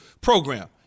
program